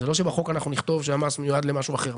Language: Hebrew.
זה לא שבחוק אנחנו נכתוב שהמס מיועד למשהו בחברה.